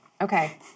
Okay